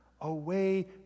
away